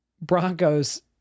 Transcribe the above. Broncos